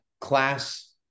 class